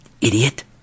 idiot